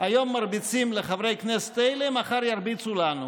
היום מרביצים לחברי הכנסת האלה, מחר ירביצו לנו.